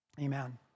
Amen